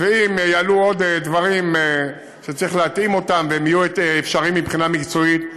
ואם יעלו עוד דברים שצריך להתאים אותם והם יהיו אפשריים מבחינה מקצועית,